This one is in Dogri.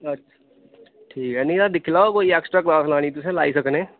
ता ठीक ऐ नेईं ते दिक्खी लैओ कोई ऐक्सट्रा कलास लानी तुसें लाई सकने